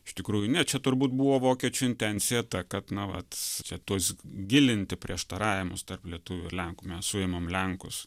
iš tikrųjų ne čia turbūt buvo vokiečių intencija ta kad na vat čia tuos gilinti prieštaravimus tarp lietuvių ir lenkų mes suimam lenkus